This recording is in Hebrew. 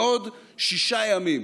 בעוד שישה ימים